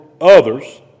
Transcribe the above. others